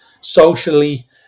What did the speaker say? socially